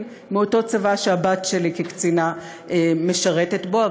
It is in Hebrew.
מאותו צבא שהבת שלי כקצינה משרתת בו.